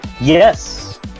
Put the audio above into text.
Yes